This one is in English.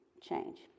change